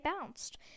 bounced